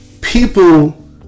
people